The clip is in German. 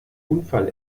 unfall